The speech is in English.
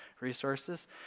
resources